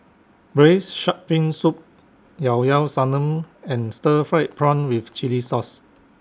Braised Shark Fin Soup Llao Llao Sanum and Stir Fried Prawn with Chili Sauce